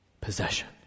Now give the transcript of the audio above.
possession